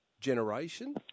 generation